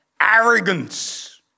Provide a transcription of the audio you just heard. arrogance